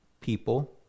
people